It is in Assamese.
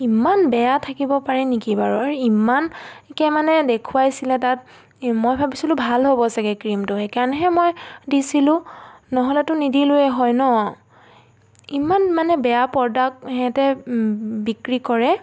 ইমান বেয়া থাকিব পাৰে নেকি বাৰু আৰু ইমানকৈ মানে দেখুৱাইছিলে তাত মই ভাবিছিলোঁ ভাল হ'ব চাগে ক্ৰীমটো সেইকাৰণেহে মই দিছিলোঁ নহ'লেতো নিদিলোৱে হয় ন ইমান মানে বেয়া প্ৰডাক্ট সিহঁতে বিক্ৰী কৰে